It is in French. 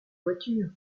voiture